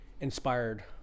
inspired